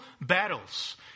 battles